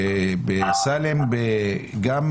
זאת אומרת,